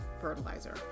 fertilizer